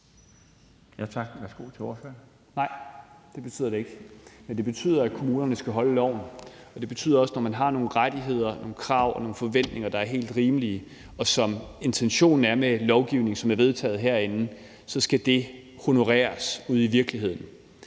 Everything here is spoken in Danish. Nej, det betyder det ikke. Det betyder, at kommunerne skal holde loven, og det betyder også, at når man har nogle rettigheder, nogle krav og nogle forventninger, der er helt rimelige, og som er intentionen med lovgivningen, som er vedtaget herinde, skal det honoreres ude i virkeligheden.